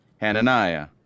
Hananiah